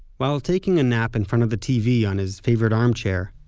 while taking a nap in front of the tv on his favourite armchair,